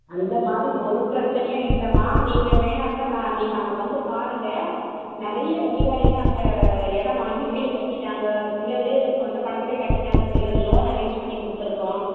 அந்த மாதிரி ஒரு பிரச்சினையும் இல்லைம்மா நீங்கள் வேணா இருந்தால் நான் நீங்கள் அங்கே வந்து பாருங்கள் நிறைய அதிகாரிங்கள் அங்கே இடம் வாங்கி வீடு கட்டிவிட்டாங்க சிலர் சொந்த பணத்தில் கட்டிவிட்டாங்க சிலர் லோன் அரேஞ்ச் பண்ணி கொடுத்துருக்கோம்